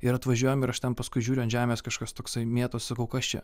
ir atvažiuojam ir aš ten paskui žiūriu ant žemės kažkas toksai mėtosi sakau kas čia